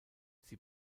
sie